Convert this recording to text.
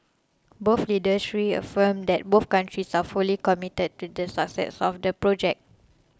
both leaders reaffirmed that both countries are fully committed to the success of the project